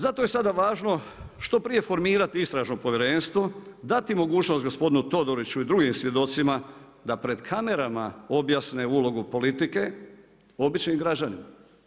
Zato je sada važno što prije formirati Istražno povjerenstvo, dati mogućnost gospodinu Todoriću i drugim svjedocima da pred kamerama objasne ulogu politike običnim građanima.